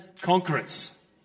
conquerors